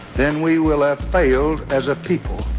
then we will have failed as a people